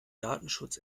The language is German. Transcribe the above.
datenschutz